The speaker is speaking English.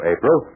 April